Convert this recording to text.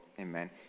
amen